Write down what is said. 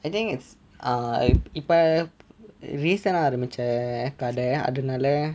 I think it's uh இப்ப:ippa recent ah ஆரம்பிச்ச கடை அதனால:aarambicha kadai athanala